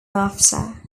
after